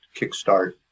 kickstart